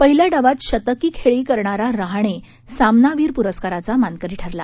पहिल्या डावात शतकी खेळी करणारा रहाणे सामनावीर पुरस्काराचा मानकरी ठरला